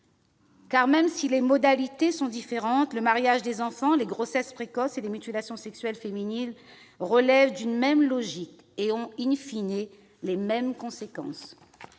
Car, même si les modalités sont différentes, le mariage des enfants, les grossesses précoces et les mutilations sexuelles féminines relèvent d'une même logique et ont,, les mêmes conséquences.